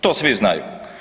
To svi znaju.